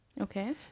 Okay